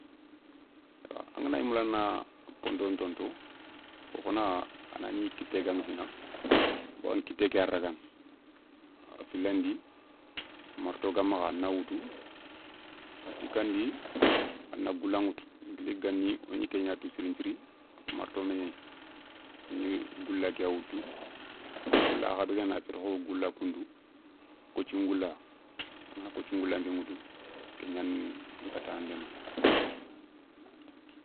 Angana gna moula a na ponto ntonto fo fana, a na gni kitté gaηa fina, bawoni kitté ké yana ragana, a filandi marteau ga makha a na woutou, a sikandi a na goula ηoutou gueli gani wogni ké gna tou siri nthiri, marteau mé gnéy, gni goula ké ya woutou goula kha bé guéni a fétti kho goula koundou, kothi ngoula angada kothi ngoula nké woutou ké gnane nkata ndémane.